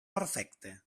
perfecte